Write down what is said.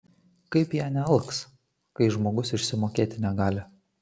kaip jie nealks kai žmogus išsimokėti negali